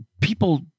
people